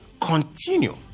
continue